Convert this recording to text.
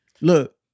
look